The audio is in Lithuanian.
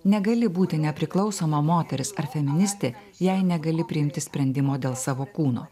negali būti nepriklausoma moteris ar feministė jei negali priimti sprendimo dėl savo kūno